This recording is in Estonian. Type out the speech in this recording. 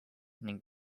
ning